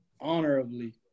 honorably